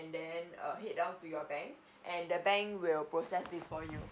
then err head down to your bank and the bank will process this for you